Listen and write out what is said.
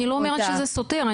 אני לא אומרת שזה סותר,